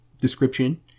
description